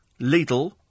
Lidl